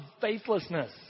faithlessness